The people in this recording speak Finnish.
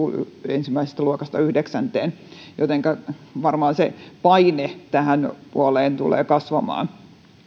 ensimmäisestä luokasta yhdeksänteen jotenka varmaan paine tähän puoleen tulee kasvamaan